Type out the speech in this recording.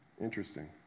Interesting